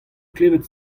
klevet